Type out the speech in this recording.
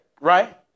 Right